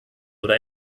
oder